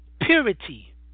Purity